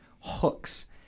hooks